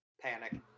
Panic